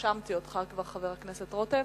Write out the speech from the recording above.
רשמתי אותך כבר, חבר הכנסת רותם,